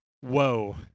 Whoa